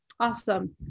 Awesome